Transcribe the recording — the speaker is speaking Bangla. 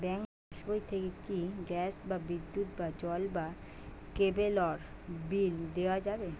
ব্যাঙ্ক পাশবই থেকে কি গ্যাস বা বিদ্যুৎ বা জল বা কেবেলর বিল দেওয়া যাবে?